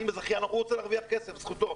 הוא רוצה להרוויח כסף, זכותו.